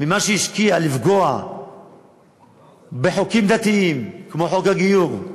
ממה שהיא השקיעה כדי לפגוע בחוקים דתיים כמו חוק הגיור,